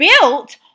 built